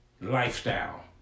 lifestyle